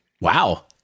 Wow